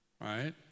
right